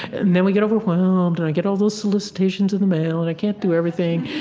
and then we get overwhelmed. and i get all those solicitations in the mail. and i can't do everything.